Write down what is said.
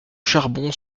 charbon